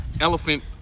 elephant